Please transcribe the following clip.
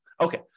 Okay